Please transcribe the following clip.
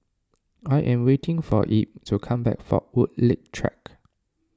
I am waiting for Ebb to come back from Woodleigh Track